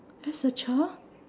as a child